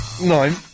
nine